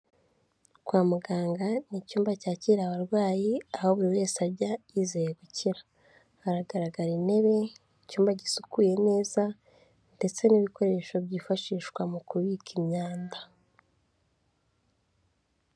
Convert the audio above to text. Kwa muganga, ni icyumba cyakira abarwayi, aho buri wese ajya yizeye gukira. Hagaragara intebe, icyumba gisukuye neza ndetse n'ibikoresho byifashishwa mu kubika imyanda.